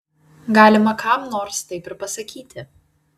galima kam nors taip ir pasakyti